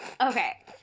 okay